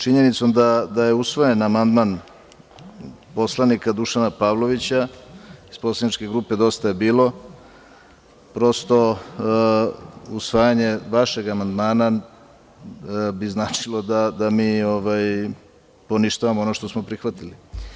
Činjenicom da je usvojen amandman poslanika Dušana Pavlovića iz Poslaničke grupe Dosta je bilo, prosto, usvajanje vašeg amandmana bi značilo da mi poništavamo ono što smo prihvatili.